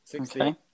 Okay